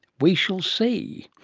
we shall see.